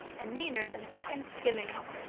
and meaner than second skimmings.